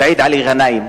סעיד עלי גנאים,